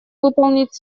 выполнить